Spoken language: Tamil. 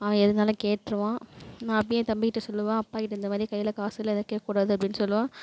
அவன் எதுன்னாலும் கேட்டுருவான் நான் அப்பையும் ஏ தம்பிகிட்ட சொல்லுவேன் அப்பாக்கிட்ட இந்த மாதிரி கையில் காசு இல்லை எதுவும் கேட்கக்கூடாது அப்படின்னு சொல்லுவேன்